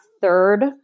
third